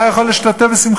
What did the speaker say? אולי אני יכול להשתתף בשמחתו?